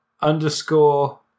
underscore